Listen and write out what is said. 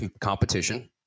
competition